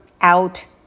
out